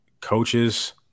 coaches